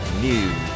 news